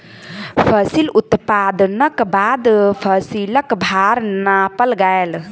फसिल उत्पादनक बाद फसिलक भार नापल गेल